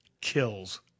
kills